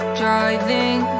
driving